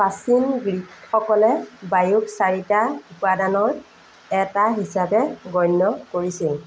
প্ৰাচীন গ্ৰীকসকলে বায়ুক চাৰিটা উপাদানৰ এটা হিচাপে গণ্য কৰিছিল